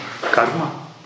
Karma